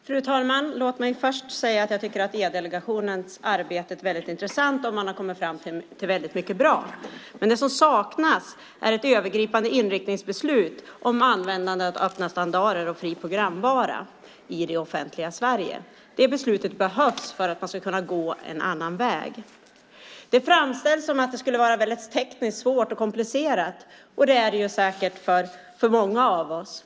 Fru talman! Låt mig först säga att jag tycker att E-delegationens arbete är väldigt intressant och att man har kommit fram till mycket bra. Men det som saknas är ett övergripande inriktningsbeslut om användandet av öppna standarder och fri programvara i det offentliga Sverige. Det beslutet behövs för att man ska kunna gå en annan väg. Det framställs som att det skulle vara tekniskt svårt och komplicerat, och det är det säkert för många av oss.